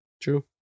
True